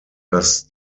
das